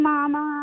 Mama